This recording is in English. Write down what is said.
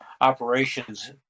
operations